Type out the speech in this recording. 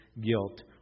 guilt